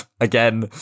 again